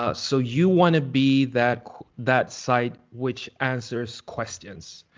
ah so you wanna be that that site which answers questions.